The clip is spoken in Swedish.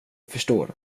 förstår